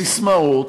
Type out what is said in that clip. ססמאות.